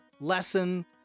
lesson